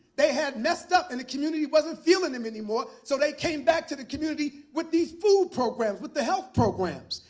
they had messed up, and the community wasn't feeling them anymore. so they came back to the community with these food programs, with the health programs.